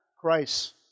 Christ